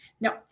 No